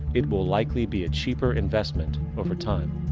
it will likely be a cheaper investment over time.